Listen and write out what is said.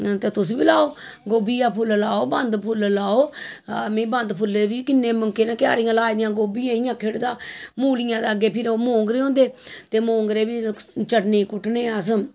ते तुस बी लाओ गोबिया फुल्ल लाओ बंद फुल्ल लाओ में बंद फुल्ले बी किन्ने केह् आखदे क्यारियां लाई दियां गोबिया दियां इ'यां मूलियें दे फिर अग्गें ओह् मोंगरे होंदे ते मोंगरे बी चटनी कुट्टने अस